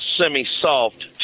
semi-soft